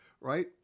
right